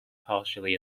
partially